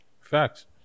Facts